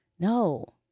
No